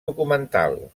documental